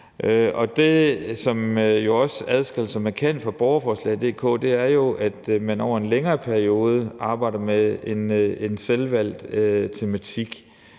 sig markant fra www.borgerforslag.dk., er, at man over en længere periode arbejder med en selvvalgt tematik,